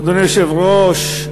אדוני היושב-ראש,